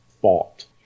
fault